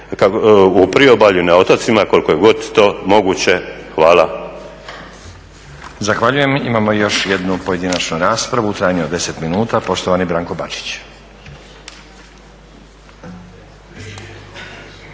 u priobalju na otocima koliko je god to moguće. Hvala.